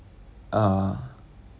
uh